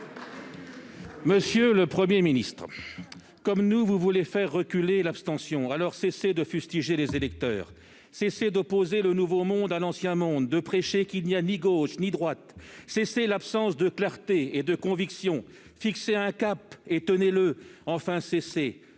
Monsieur le Premier ministre, comme nous, vous voulez faire reculer l'abstention, alors cessez de fustiger les électeurs ! Cessez d'opposer « nouveau monde » et « ancien monde », de prêcher qu'il n'y a ni gauche ni droite ! Mettez fin à l'absence de clarté et de convictions ! Fixez un cap et tenez-le ! Enfin, vous